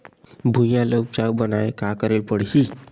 भुइयां ल उपजाऊ बनाये का करे ल पड़ही?